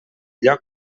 lloc